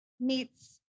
meets